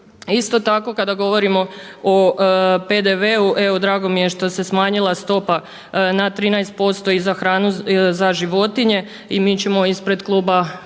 Isto tako kada govorimo o PDV-u evo drago mi je što se smanjila stopa na 13% i za hranu za životinje i mi ćemo ispred kluba